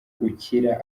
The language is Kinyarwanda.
ukira